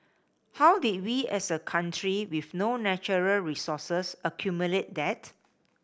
how did we as a country with no natural resources accumulate that